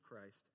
Christ